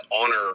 honor